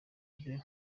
bwe